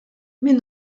min